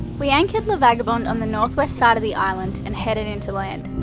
we anchored la vagabonde on the north west side of the island and headed into land.